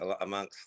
amongst